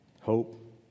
hope